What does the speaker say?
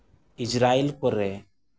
ᱤᱡᱽᱨᱟᱭᱤᱞ ᱠᱚᱨᱮ